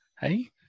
Hey